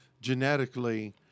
genetically